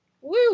Woo